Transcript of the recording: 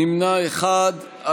נמנע אחד.